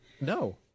No